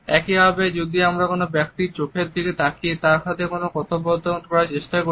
একইসাথে আমরা যদি কোন ব্যক্তির চোখের দিকে তাকিয়ে কোন কথোপকথন করার চেষ্টা করি